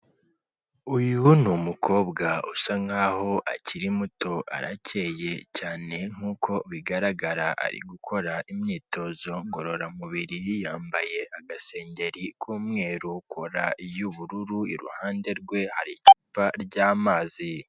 Uyu ni umukobwa usa nkaho akiri muto, aracyeye cyane nkuko bigaragara ari gukora imyitozo ngororamubiri, yambaye agasengeri k'umweru, kora y'ubururu, iruhande rwe hari icupa ry'amazi.